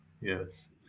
yes